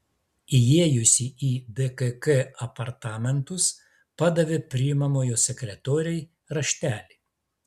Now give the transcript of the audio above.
įėjusi į dkk apartamentus padavė priimamojo sekretorei raštelį